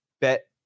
bet